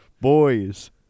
boys